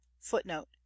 footnote